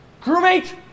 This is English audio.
Crewmate